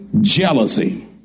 Jealousy